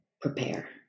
prepare